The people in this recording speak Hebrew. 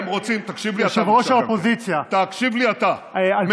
תיק 4000, תודה רבה, גברתי.